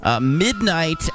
Midnight